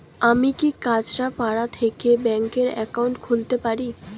আমি কি কাছরাপাড়া থেকে ব্যাংকের একাউন্ট খুলতে পারি?